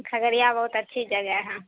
کھگریا بہت اچھی جگہ ہے